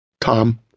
Tom